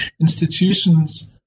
Institutions